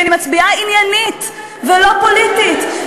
כי אני מצביעה עניינית ולא פוליטית,